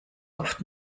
oft